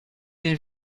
den